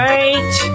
Right